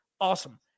Awesome